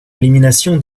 élimination